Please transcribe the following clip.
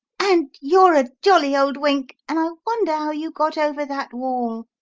and you're a jolly old wink, and i wonder how you got over that wall